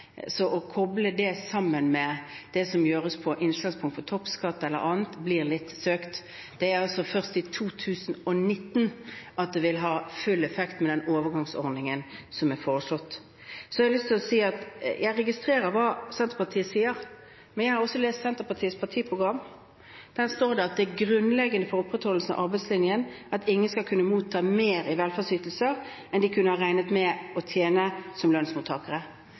så å koble dette sammen med det som gjøres på innslagspunkt for toppskatt eller annet, blir litt søkt. Det er altså først i 2019 at dette vil ha full effekt – med overgangsordningen som er foreslått. Jeg har lyst til å si at jeg registrerer hva Senterpartiet sier, men jeg har også lest Senterpartiets partiprogram. Der står det at det er grunnleggende for opprettholdelsen av arbeidslinjen at ingen skal kunne motta mer i velferdsytelser enn det de kunne ha regnet med å tjene som lønnsmottakere.